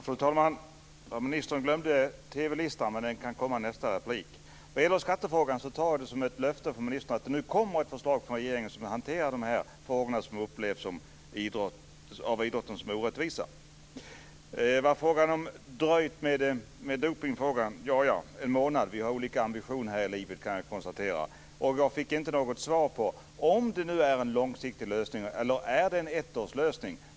Fru talman! Ministern glömde TV-listan. Den kan komma i nästa replik. Vad gäller skattefrågan tar jag det som ett löfte att det nu kommer ett förslag från regeringen som hanterar det här som av idrotten upplevs som orättvist. Sedan gällde det att man dröjt med dopningsfrågan. En månad - ja, vi har olika ambitioner här i livet kan jag konstatera. Jag fick inte något svar på om det är en långsiktig lösning eller en ettårslösning.